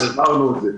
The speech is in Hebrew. הבהרנו את זה.